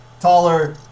Taller